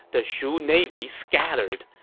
the shu navy scattered.